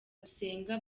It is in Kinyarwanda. gusenga